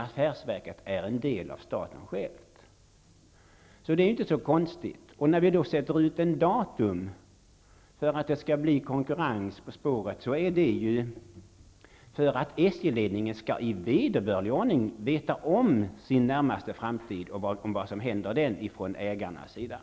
Affärsverket är ju en del av staten själv. Det här är inte så konstigt. När det då sätts ut ett datum för när det skall skapas konkurrens på spåret, är det ju för att SJ-ledningen i vederbörlig ordning skall veta vad som skall hända från ägarnas sida i den närmaste framtiden.